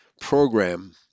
program